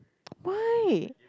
why